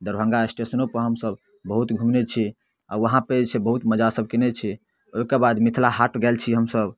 दरभङ्गा स्टेशनोपर हमसब बहुत घुमने छी आओर वहाँपर जे छै से बहुत मजा सब कयने छी ओइके बाद मिथिला हाट गेल छी हमसब